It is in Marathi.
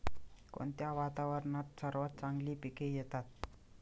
कोणत्या वातावरणात सर्वात चांगली पिके येतात?